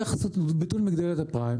איך עשיתם ביטול מגבלת הפריים?